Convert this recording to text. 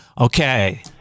Okay